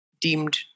deemed